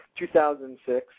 2006